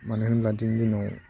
मानो होनोब्ला दिनैनि दिनाव